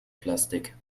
plastik